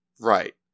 Right